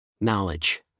Knowledge